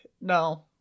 No